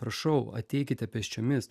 prašau ateikite pėsčiomis